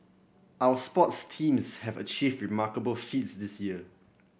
our sports teams have achieved remarkable feats this year